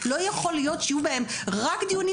לא יכול להיות שיהיו בהם רק דיונים